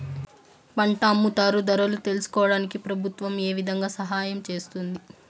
పంట అమ్ముతారు ధరలు తెలుసుకోవడానికి ప్రభుత్వం ఏ విధంగా సహాయం చేస్తుంది?